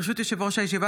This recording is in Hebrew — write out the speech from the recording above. ברשות יושב-ראש הישיבה,